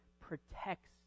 protects